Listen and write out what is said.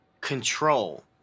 control